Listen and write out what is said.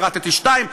פירטתי שתיים,